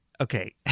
Okay